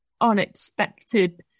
unexpected